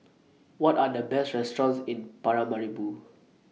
What Are The Best restaurants in Paramaribo